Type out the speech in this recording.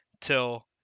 till